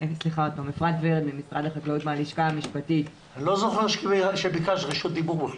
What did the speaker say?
אני לא זוכר שביקשת רשות הדיבור.